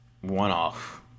one-off